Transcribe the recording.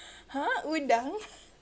!huh! udang